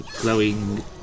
glowing